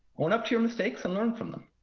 own up to your mistakes and learn from them.